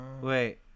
wait